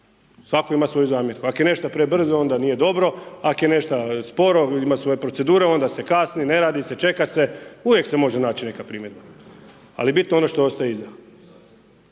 Svatko ima svoju zamjerku. Ako je nešto prebrzo onda nije dobro, ako je nešto sporo ima svoje procedure onda se kasni, ne radi se, čeka se. Uvijek se može naći neka primjedba ali bitno je ono što ostaje iza